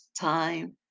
time